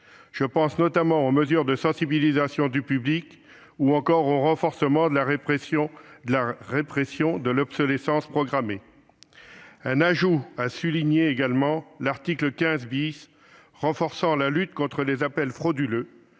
Je pense notamment aux mesures de sensibilisation du public ou encore au renforcement de la répression de l'obsolescence programmée. Un ajout est à souligner : l'article 15 , qui renforce la lutte contre les appels frauduleux,